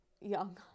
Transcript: Young